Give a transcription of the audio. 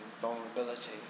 vulnerability